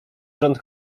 rząd